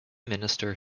minister